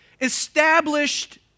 established